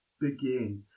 begin